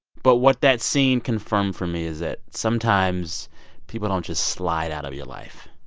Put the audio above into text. but what that scene confirmed for me is that sometimes people don't just slide out of your life.